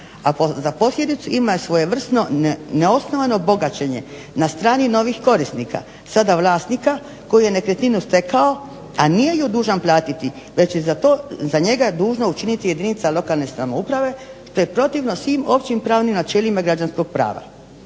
za posljedicu ima i svojevrsno neosnovano bogaćenje na strani novih korisnika sada vlasnika koji je nekretninu stekao a nije ju dužan platiti već i za to, za njega je dužna učiniti jedinica lokalne samouprave te protivno svim općim pravnim načelima građanskog prava.